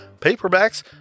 paperbacks